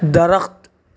درخت